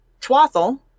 Twathel